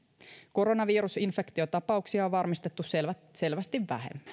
koronavirusinfektiotapauksia on varmistettu selvästi vähemmän